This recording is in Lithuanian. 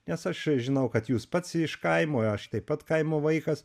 nes aš žinau kad jūs pats iš kaimo aš taip pat kaimo vaikas